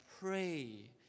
pray